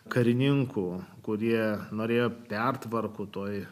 karininkų kurie norėjo pertvarkų toji